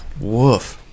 woof